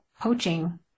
poaching